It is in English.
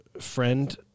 friend